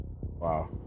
Wow